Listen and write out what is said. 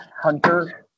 hunter